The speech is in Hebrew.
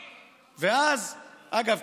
אגב,